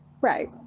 Right